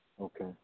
Okay